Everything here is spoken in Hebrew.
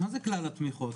מה זה כלל התמיכות?